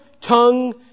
tongue